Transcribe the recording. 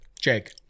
Jake